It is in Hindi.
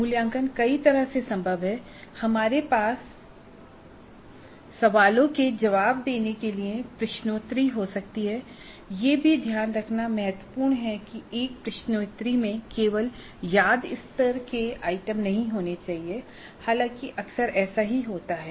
मूल्यांकन कई तरह से संभव है हमारे पास सवालों के जवाब देने के लिए प्रश्नोत्तरी हो सकती हैं यह भी ध्यान रखना महत्वपूर्ण है कि एक प्रश्नोत्तरी में केवल याद स्तर के ही आइटम नहीं होने चाहिए हालांकि अक्सर ऐसा ही होता है